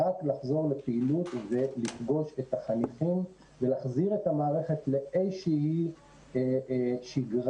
רק לחזור לפעילות ולפגוש את החניכים ולהחזיר את המערכת לאיזושהי שגרה,